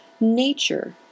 nature